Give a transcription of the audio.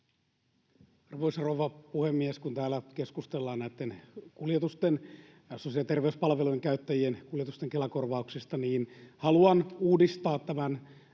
Arvoisa rouva puhemies! Kun täällä keskustellaan näitten sosiaali- ja terveyspalvelujen käyttäjien kuljetusten Kela-korvauksista, niin haluan uudistaa tämän